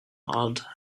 awed